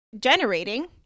generating